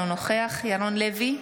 אינו נוכח ירון לוי,